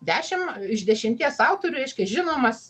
dešim iš dešimties autorių reiškia žinomas